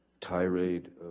tirade